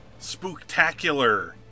spooktacular